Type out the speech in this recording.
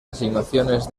asignaciones